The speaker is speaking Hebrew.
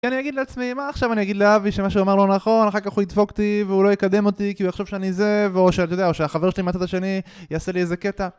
כי אני אגיד לעצמי, מה עכשיו אני אגיד לאבי שמה שהוא אמר לא נכון, אחר כך הוא ידפוקתי והוא לא יקדם אותי כי הוא יחשוב שאני זה, או שאתה יודע, או שהחבר שלי מהצד השני, יעשה לי איזה קטע